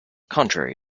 contrary